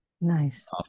nice